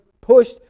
pushed